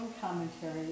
commentary